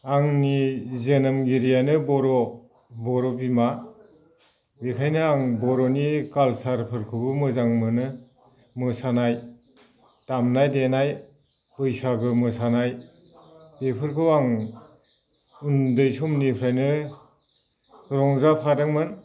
आंनि जोनोमगिरियानो बर' बिमा बेखायनो आं बर'नि काल्सारफोरखौबो मोजां मोनो मोसानाय दामनाय देनाय बैसागो मोसानाय बेफोरखौ आं उन्दै समनिफ्रायनो रंजाफादोंमोन